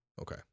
Okay